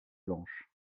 blanches